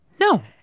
No